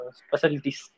specialties